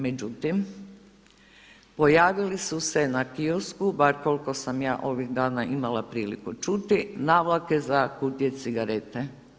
Međutim, pojavili su se na kiosku, bar koliko sam ja ovih dana imala priliku čuti navlake za kutije cigarete.